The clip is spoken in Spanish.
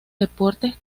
deportes